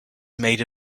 made